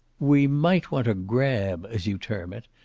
we might want to grab as you term it,